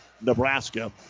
Nebraska